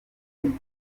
mfata